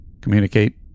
communicate